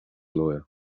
lawyer